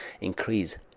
increase